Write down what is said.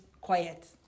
quiet